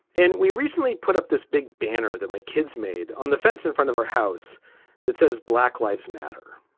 and we recently put up this big banner that my kids made on the fence in front of our house that says black lives matter.